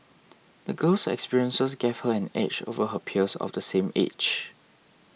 the girl's experiences gave her an edge over her peers of the same age